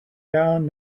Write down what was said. down